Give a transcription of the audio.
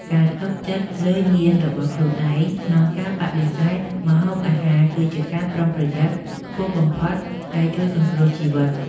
ការទុកចិត្តលើញាណរបស់ខ្លួនឯងក្នុងការបដិសេធម្ហូបអាហារគឺជាការប្រុងប្រយ័ត្នខ្ពស់បំផុតដែលជួយសង្គ្រោះជីវិត។